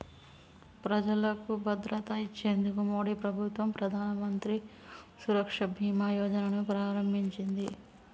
ప్రజలకు భద్రత ఇచ్చేందుకు మోడీ ప్రభుత్వం ప్రధానమంత్రి సురక్ష బీమా యోజన ను ప్రారంభించింది